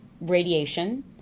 radiation